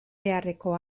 beharreko